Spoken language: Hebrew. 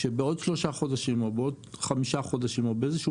שבעוד שלושה חודשים או בעוד חמישה חודשים או באיזשהו